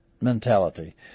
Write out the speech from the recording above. mentality